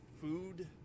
food